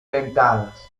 dentadas